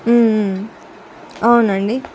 అవునండి